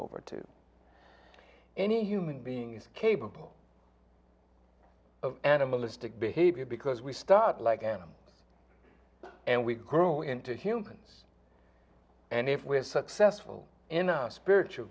over to any human being is capable of animalistic behavior because we start like i am and we grow into humans and if we're successful in a spiritual